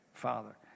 father